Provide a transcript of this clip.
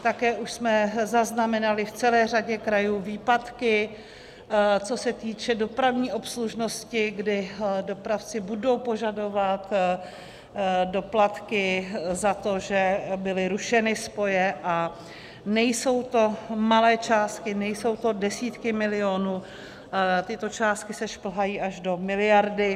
Také už jsme zaznamenali v celé řady krajů výpadky, co se týče dopravní obslužnosti, kdy dopravci budou požadovat doplatky za to, že byly rušeny spoje, a nejsou to malé částky, nejsou to desítky milionů, tyto částky se šplhají až do miliardy.